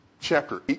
chapter